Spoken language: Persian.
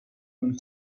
اون